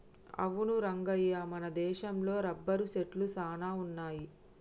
అవును రంగయ్య మన దేశంలో రబ్బరు సెట్లు సాన వున్నాయి